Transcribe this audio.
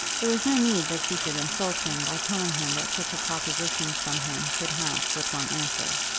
there was no need that she should insult him by telling him that such a proposition from him could have but one answer.